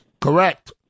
Correct